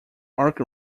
arch